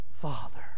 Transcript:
father